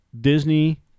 Disney